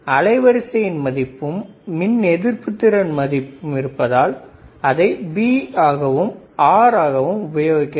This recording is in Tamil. அலைவரிசையின் மதிப்பும் மின் எதிர்ப்புத்திறன் மதிப்பு இருப்பதால் அதை B ஆகவும் R ஆகவும் உபயோகிக்க வேண்டும்